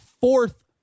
fourth